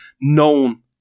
known